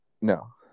No